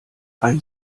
ein